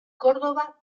córdoba